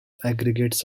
aggregates